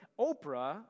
Oprah